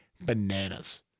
bananas